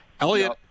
Elliot